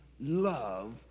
love